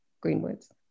Greenwoods